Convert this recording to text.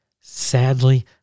Sadly